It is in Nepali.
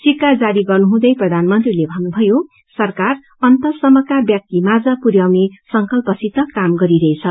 सिक्का जारी गर्नुहुँदै प्रधानमन्त्रीले भन्नुभयो सरकार अन्तसम्मका व्यक्तिमाझ पुन्याउने संकल्पसित काम गरिरहेछ